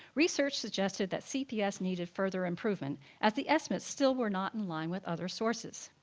research suggested that cps needed further improvement as the estimates still were not in line with other sources.